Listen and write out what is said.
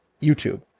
YouTube